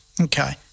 Okay